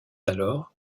alors